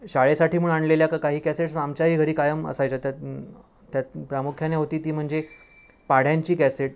शाळेसाठी म्हणून आणलेल्या क काही कॅसेट्स आमच्याही घरी कायम असायच्या त्यात त्यात प्रामुख्याने होती ती म्हणजे पाढ्यांची कॅसेट